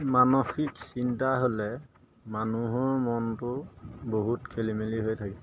মানসিক চিন্তা হ'লে মানুহৰ মনটো বহুত খেলি মেলি হৈ থাকে